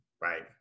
Right